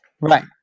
Right